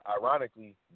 ironically